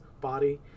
body